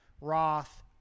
Roth